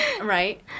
right